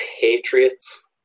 patriots